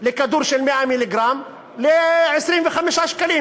לכדור של 100 מיליגרם ל-25 שקלים.